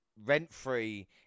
rent-free